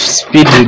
speed